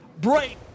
break